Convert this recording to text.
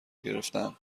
گرفتند